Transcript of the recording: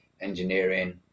engineering